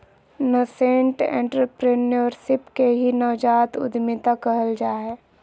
nascent entrepreneurship के ही नवजात उद्यमिता कहल जा हय